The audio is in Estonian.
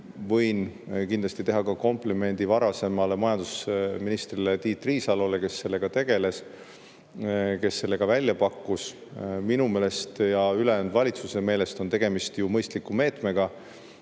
ja kindlasti võin teha ka komplimendi varasemale majandusministrile Tiit Riisalole, kes sellega tegeles ja kes selle ka välja pakkus. Minu meelest ja ülejäänud valitsuse meelest on tegemist ju mõistliku meetmega,